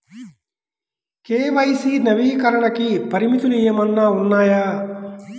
KYC నవీకరణకి పరిమితులు ఏమన్నా ఉన్నాయా?